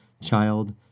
child